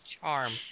charm